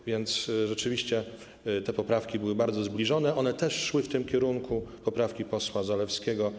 A więc rzeczywiście te poprawki były bardzo zbliżone, szły w kierunku poprawki posła Zalewskiego.